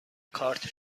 کارت